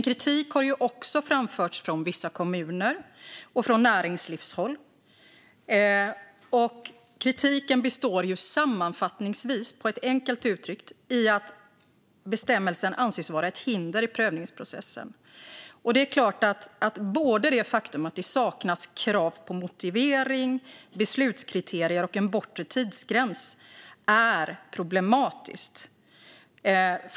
Kritik har också framförts från vissa kommuner och från näringslivshåll. Kritiken består sammanfattningsvis och enkelt uttryckt i att bestämmelsen anses vara ett hinder i prövningsprocessen. Det är klart att det faktum att det saknas krav på motivering, beslutskriterier och en bortre tidsgräns är problematiskt.